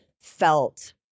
felt